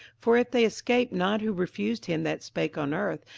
for if they escaped not who refused him that spake on earth,